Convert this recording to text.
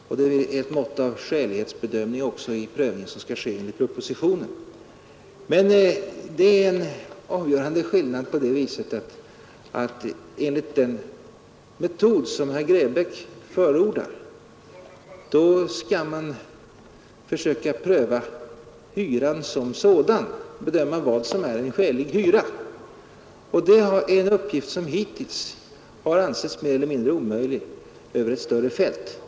Det är också ett mått av skälighetsbedömning i den prövning som skall ske enligt propositionen. Men det är en avgörande skillnad därigenom att enligt den metod som herr Grebäck förordar skall man försöka pröva hyran som sådan, bedöma vad som är en skälig hyra, och det är en uppgift som hittills har ansetts mer eller mindre omöjlig över ett större fält.